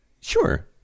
Sure